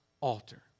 altar